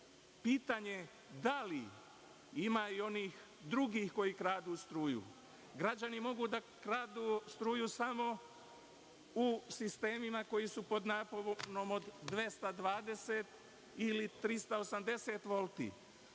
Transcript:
pitanje - da li ima i onih drugih koji kradu struju? Građani mogu da kradu struju samo u sistemima koji su pod naponom od 220 ili 380 volti,